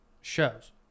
shows